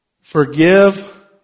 Forgive